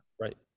right